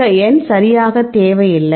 இந்த எண் சரியாக தேவையில்லை